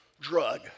drug